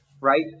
Right